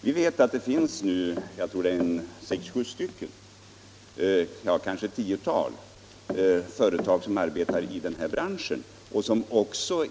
Vi vet att det nu finns ett tiotal företag som arbetar i den här branschen.